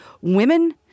women